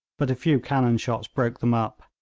but a few cannon-shots broke them up.